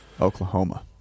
Oklahoma